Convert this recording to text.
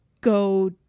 go